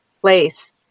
place